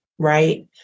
right